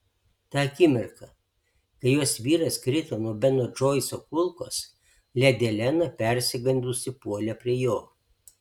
tą akimirką kai jos vyras krito nuo beno džoiso kulkos ledi elena persigandusi puolė prie jo